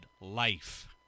life